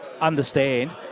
understand